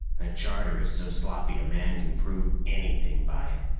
that charter is so sloppy a man can prove anything by it,